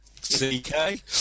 C-K